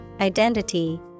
identity